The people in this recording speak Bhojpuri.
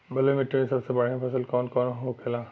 बलुई मिट्टी में सबसे बढ़ियां फसल कौन कौन होखेला?